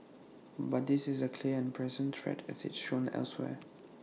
but this is A clear and present threat as it's shown elsewhere